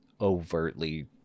overtly